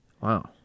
Wow